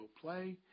play